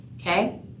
Okay